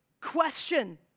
question